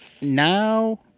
now